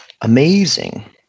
amazing